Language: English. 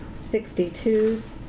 sixty two